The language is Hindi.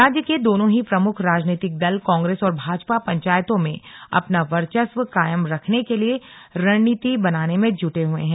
राज्य के दोनों ही प्रमुख राजनीतिक दल कांग्रेस और भाजपा पंचायतों में अपना वर्चस्व कायम रखने के लिए रणनीति बनाने में जुटे हुए हैं